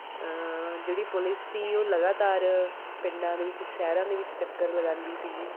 ਜਿਹੜੀ ਪੁਲਿਸ ਸੀ ਉਹ ਲਗਾਤਾਰ ਪਿੰਡਾਂ ਦੇ ਵਿੱਚ ਸ਼ਹਿਰਾਂ ਦੇ ਵਿੱਚ ਚੱਕਰ ਲਗਾਉਂਦੀ ਸੀਗੀ